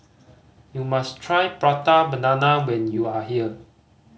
you must try Prata Banana when you are here